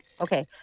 okay